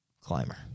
climber